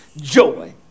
joy